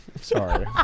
Sorry